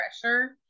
pressure